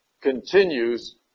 continues